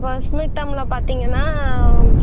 first mid டேர்மில் பார்த்தீங்கனா